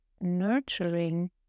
nurturing